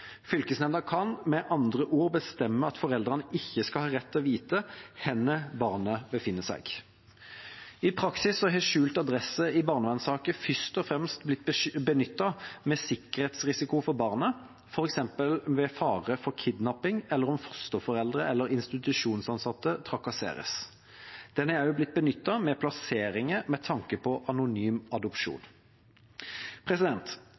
Fylkesnemnda kan med andre ord bestemme at foreldrene ikke skal ha rett til å vite hvor barnet befinner seg. I praksis har skjult adresse i barnevernssaker først og fremst blitt benyttet ved sikkerhetsrisiko for barnet, f.eks. ved fare for kidnapping eller om fosterforeldre eller institusjonsansatte trakasseres. Den er også blitt benyttet ved plasseringer med tanke på anonym adopsjon.